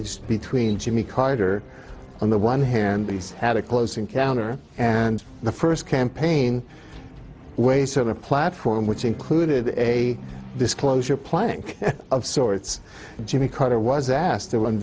d between jimmy carter on the one hand he's had a close encounter and the first campaign way sort of platform which included a disclosure plank of sorts jimmy carter was asked to run